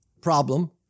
problem